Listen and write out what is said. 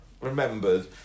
remembered